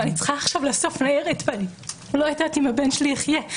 אני צריכה עכשיו לאסוף ניירת ואני לא יודעת אם הבן שלי יחיה.